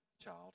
child